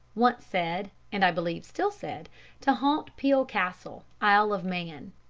once said and, i believe, still said to haunt peel castle, isle of man.